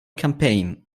campaign